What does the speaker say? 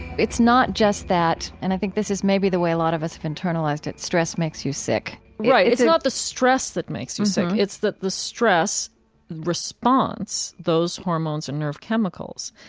it's not just that and i think this is maybe the way a lot of us have internalized it stress makes you sick right. it's not the stress that makes you sick. it's that the stress response, those hormones and nerve chemicals,